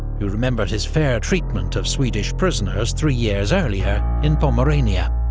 who remembered his fair treatment of swedish prisoners three years earlier, in pomerania.